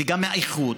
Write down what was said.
וגם האיכות,